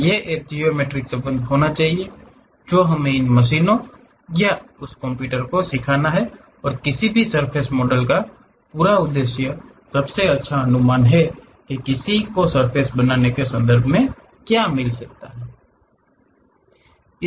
तो एक ज्यामितीय संबंध होना चाहिए जो हमें इन मशीनों या उस कंप्यूटर को सिखाना है और किसी भी सर्फ़ेस मॉडल का पूरा उद्देश्य सबसे अच्छा अनुमान है कि किसी को सर्फ़ेस बनाने के संदर्भ में क्या मिल सकता है